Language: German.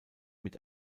mit